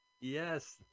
Yes